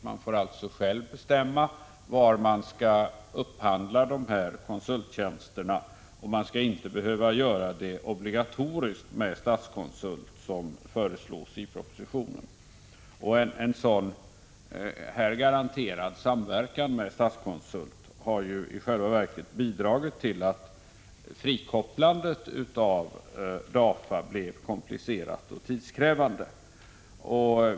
Man får alltså själv bestämma var man skall upphandla konsulttjänster. Man skall inte, som föreslås i propositionen, obligatoriskt behöva göra det med Statskonsult. En sådan här garanterad samverkan med Statskonsult har ju i själva verket bidragit till att frikopplandet av DAFA blev komplicerat och tidskrävande.